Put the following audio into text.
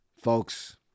Folks